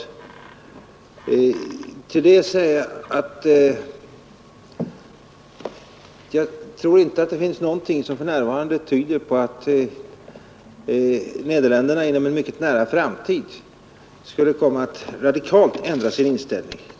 På det vill jag svara att jag inte tror att det finns någonting som för närvarande tyder på att Nederländerna inom en mycket nära framtid skulle komma att radikalt ändra sin inställning.